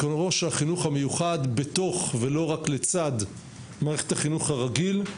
מקומו של החינוך המיוחד בתוך ולא רק לצד מערכת החינוך הרגילה.